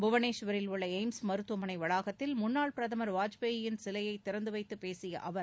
புவனேஸ்வரில் உள்ள எய்ம்ஸ் மருத்துவமனை வளாகத்தில் முன்னாள் பிரதமர் வாஜ்பாயின் சிலையை திறந்துவைத்து பேசிய அவர்